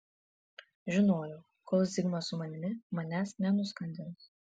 žinojau kol zigmas su manimi manęs nenuskandins